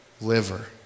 liver